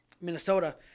Minnesota